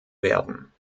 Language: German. werden